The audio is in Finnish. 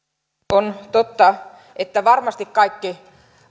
on totta että varmasti kaikki